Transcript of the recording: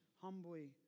humbly